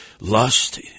lust